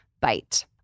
Bite